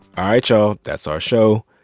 all right, y'all. that's our show.